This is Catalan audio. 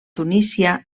tunísia